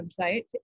website